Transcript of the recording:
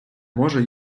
може